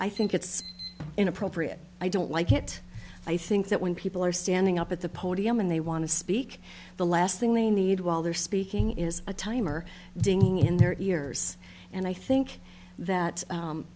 i think it's inappropriate i don't like it i think that when people are standing up at the podium and they want to speak the last thing they need while they're speaking is a time or ding in their ears and i think that